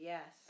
Yes